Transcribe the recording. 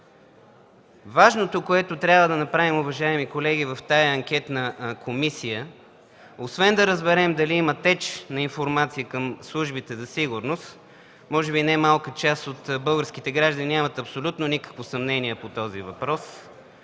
Важното, което трябва да направим, уважаеми колеги, в тази анкетна комисия, освен да разберем дали има теч на информация към службите за сигурност – може би не малка част от българските граждани нямат абсолютно никакво съмнение по този въпрос,